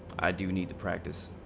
do need to practice,